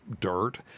dirt